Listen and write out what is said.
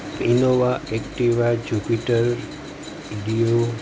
Innova Activa jupiter edo